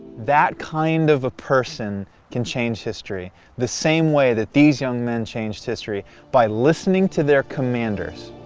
that kind of a person can change history the same way that these young men changed history by listening to their commanders,